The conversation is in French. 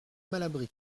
malabry